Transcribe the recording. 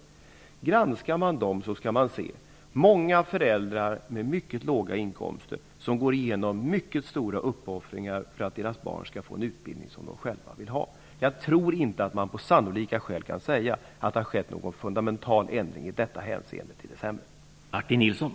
Om man granskar dessa skolor skall man se att många föräldrar med mycket låga inkomster gick igenom mycket stora uppoffringar för att deras barn skulle få en utbildning som de själva ville ha. Jag tror inte att man på sannolika grunder kan säga att det i detta hänseende har skett någon fundamental förändring till det sämre.